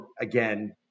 again